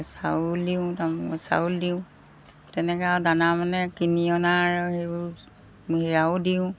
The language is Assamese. চাউল দিওঁ তাৰমানে চাউল দিওঁ তেনেকৈ আৰু দানা মানে কিনি অনা আৰু সেইবোৰ সেয়াও দিওঁ